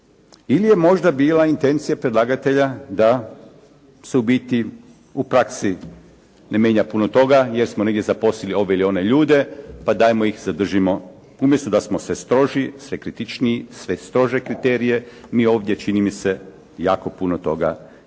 ili je možda bila intencija predlagatelja da se u biti u praksi ne mijenja puno toga jer smo negdje zaposlili ove ili one ljude pa dajmo ih zadržimo umjesto da smo sve stroži, sve kritičniji, sve strože kriterije mi ovdje čini mi se jako puno toga činimo